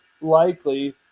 likely